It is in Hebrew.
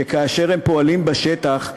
שכאשר הם פועלים בשטח,